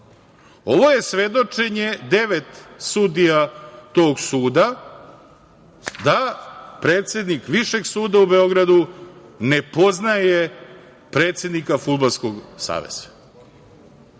je svedočenje devet sudija tog suda, da predsednik Višeg suda u Beogradu ne poznaje predsednika Fudbalskog saveza.